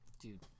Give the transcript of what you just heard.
dude